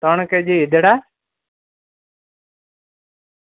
ત્રણ કેજી ઈદડા